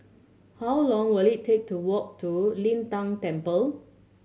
how long will it take to walk to Lin Tan Temple